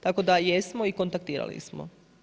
Tako da jesmo i kontaktirali smo.